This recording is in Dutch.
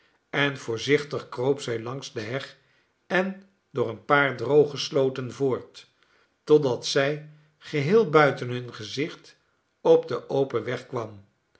en voorzichtig kroop zij langs de heg en door een paar droge slooten voort totdat zij geheel buiten hun gezicht op den open weg kwam